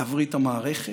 להבריא את המערכת.